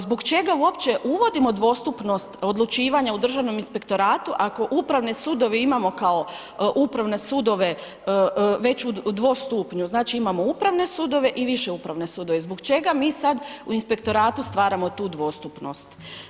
Zbog čega uopće uvodim dvostupnost odlučivanja u Državnom inspektoratu ako upravne sudove imamo kao upravne sudove već u dvostupnju, znači imamo upravne sudove i više upravne sudove, zbog čega mi sad u inspektoratu stvaramo tu dvostupnost?